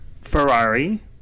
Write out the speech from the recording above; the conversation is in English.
Ferrari